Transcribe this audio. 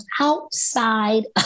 outside